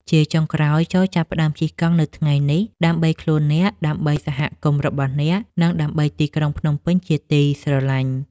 ជាចុងក្រោយ ចូរចាប់ផ្ដើមជិះកង់នៅថ្ងៃនេះ ដើម្បីខ្លួនអ្នក ដើម្បីសហគមន៍របស់អ្នក និងដើម្បីទីក្រុងភ្នំពេញជាទីស្រឡាញ់។